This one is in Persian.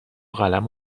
قلم